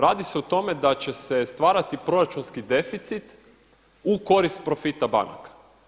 Radi se o tome da će se stvarati proračunski deficit u korist profita banaka.